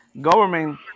government